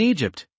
Egypt